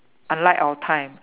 unlike our time